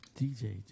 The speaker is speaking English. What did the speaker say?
DJ